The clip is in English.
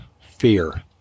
fear